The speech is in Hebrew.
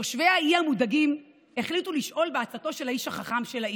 תושבי האי המודאגים החליטו לשאול בעצתו של האיש החכם של האי.